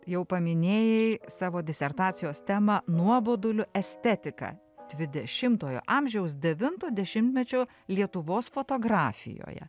jau paminėjai savo disertacijos temą nuoboduliu estetika dvidešimtojo amžiaus devinto dešimtmečio lietuvos fotografijoje